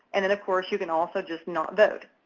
and then, of course, you can also just not vote.